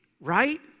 right